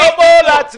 הלאה.